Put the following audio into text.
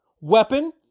weapon